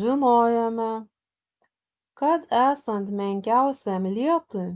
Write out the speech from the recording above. žinojome kad esant menkiausiam lietui